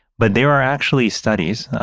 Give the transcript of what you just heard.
but there are actually studies.